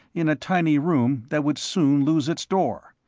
in a tiny room that would soon lose its door.